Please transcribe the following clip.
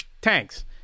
tanks